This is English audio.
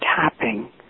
tapping